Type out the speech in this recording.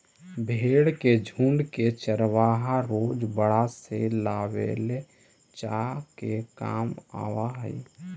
भेंड़ के झुण्ड के चरवाहा रोज बाड़ा से लावेले जाए के काम करऽ हइ